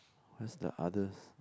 what's the others